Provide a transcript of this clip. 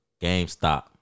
GameStop